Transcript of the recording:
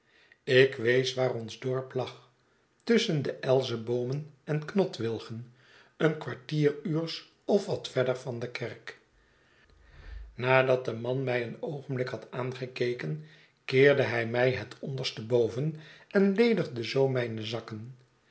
ik wees waar ons dorp lag tusschen de elzeboomen en knotwilgen een kwartieruurs of wat verder van de kerk nadat de man mij een oogenblik had aangekeken keerde hij mij het onderste boven en ledigde zoo mijne zakken